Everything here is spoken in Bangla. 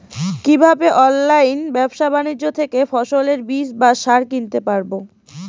কীভাবে অনলাইন ব্যাবসা বাণিজ্য থেকে ফসলের বীজ বা সার কিনতে পারবো?